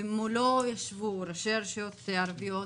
ומולו ישבו ראשי רשויות ערביות,